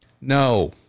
No